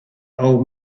old